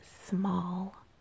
small